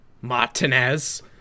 Martinez